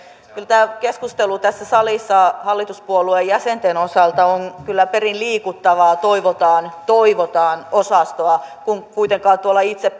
tämä keskustelu tässä salissa hallituspuolueen jäsenten osalta on perin liikuttavaa toivotaan toivotaan osastoa kun kuitenkaan itse